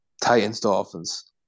Titans-Dolphins